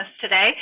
today